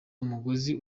umugozi